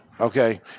Okay